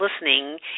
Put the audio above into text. listening